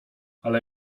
ale